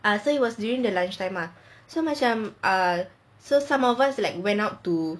I think it was during the lunchtime lah so macam uh so some of us like went out to